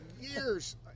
years